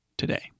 Today